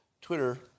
Twitter